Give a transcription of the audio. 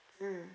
mm